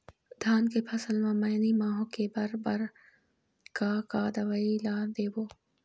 धान के फसल म मैनी माहो के बर बर का का दवई ला देबो?